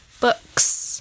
Books